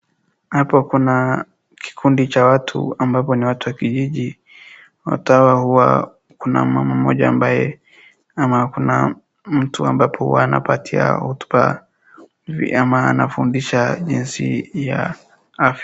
Hapa kuna kikundi cha watu ambapo ni watu wa kijiji, watu hawa huwa kuna mama mmoja ambaye ama kuna mtu ambapo anapatia hotuba ama anafundisha jinsi ya afya.